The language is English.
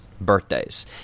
birthdays